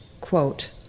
quote